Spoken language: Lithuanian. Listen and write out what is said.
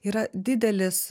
yra didelis